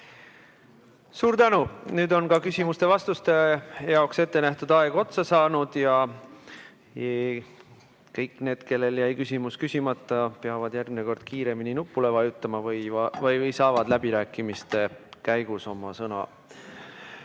Suur tänu! Nüüd on ka küsimuste ja vastuste jaoks ettenähtud aeg otsa saanud. Kõik need, kellel jäi küsimus küsimata, peavad järgmine kord kiiremini nupule vajutama või saavad läbirääkimiste käigus oma sõna.